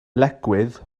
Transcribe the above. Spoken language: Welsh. lecwydd